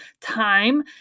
time